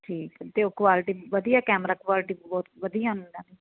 ਤੇ ਉਹ ਕੁਆਲਿਟੀ ਵਧੀਆ ਕੈਮਰਾ ਕੁਆਲਟੀ ਬਹੁਤ ਵਧੀਆ